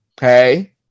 Hey